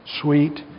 sweet